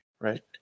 right